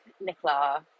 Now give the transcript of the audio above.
nicola